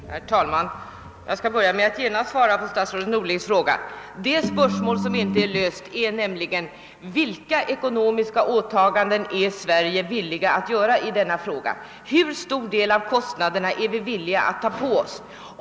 Herr talman! Jag skall börja med att genast svara på statsrådet Norlings fråga. Det spörsmål som inte är löst gäller vilka ekonomiska åtaganden vi på svensk sida är villiga att göra i detta ärende, d.v.s. hur stor (del av kostnaderna vi är villiga att ta på oss.